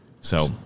So-